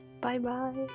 Bye-bye